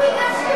לא מגרשים,